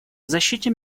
защите